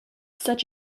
such